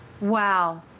Wow